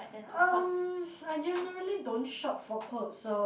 um I generally don't shop for clothes so